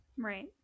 Right